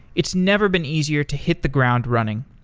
it's never been easier to hit the ground running.